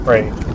Right